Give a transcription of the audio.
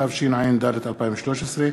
התשע"ד 2013,